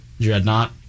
dreadnought